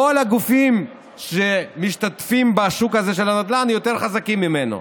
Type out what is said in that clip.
כל הגופים שמשתתפים בשוק הזה של הנדל"ן יותר חזקים ממנו,